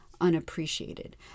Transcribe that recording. unappreciated